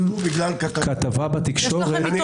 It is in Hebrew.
שלפעמים כתבה בתקשורת- -- יש לכם